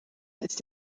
ist